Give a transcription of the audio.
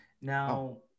Now